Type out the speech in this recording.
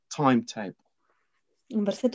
timetable